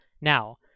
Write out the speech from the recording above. Now